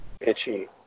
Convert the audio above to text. Itchy